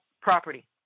property